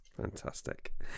Fantastic